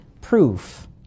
proof